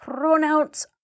pronounce